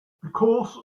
because